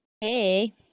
Hey